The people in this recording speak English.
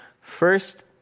first